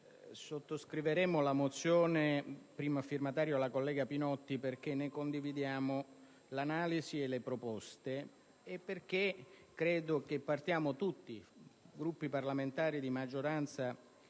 (testo 2), di cui è prima firmataria la collega Pinotti, perché ne condividiamo l'analisi e le proposte, e perché credo che partiamo tutti, Gruppi parlamentari di maggioranza